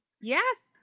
Yes